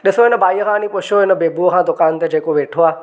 ॾिसो हिन भाई खां न पुछो हिन बेबुअ खां दुकान ते जेको वेठो आहे